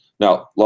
Now